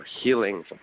healing